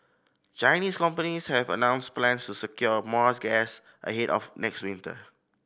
Chinese companies have announced plans to secure more's gas ahead of next winter